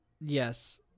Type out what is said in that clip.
Yes